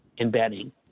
embedding